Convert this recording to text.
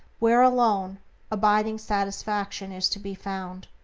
where alone abiding satisfaction is to be found.